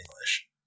English